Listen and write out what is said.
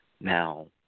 Now